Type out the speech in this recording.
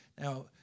Now